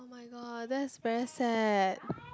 my god that's very sad